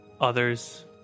others